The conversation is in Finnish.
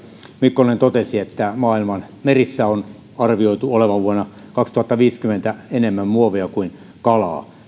mikkonen totesi että maailman merissä on arvioitu olevan vuonna kaksituhattaviisikymmentä enemmän muovia kuin kalaa